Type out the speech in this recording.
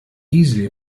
easily